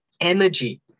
energy